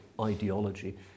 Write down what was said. ideology